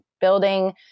building